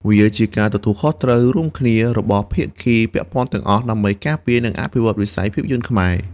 វាជាការទទួលខុសត្រូវរួមគ្នារបស់ភាគីពាក់ព័ន្ធទាំងអស់ដើម្បីការពារនិងអភិវឌ្ឍវិស័យភាពយន្តខ្មែរ។